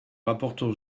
rapporteur